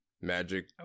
Magic